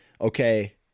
okay